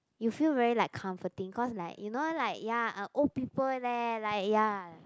you feel very like comforting cause like you know like ya uh old people leh like ya